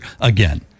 again